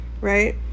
Right